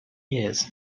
years